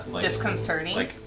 disconcerting